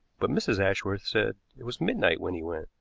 but mrs. ashworth said it was midnight when he went.